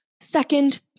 Second